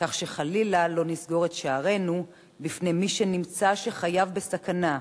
כך שחלילה לא נסגור את שערינו בפני מי שנמצא שחייו בסכנה,